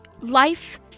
Life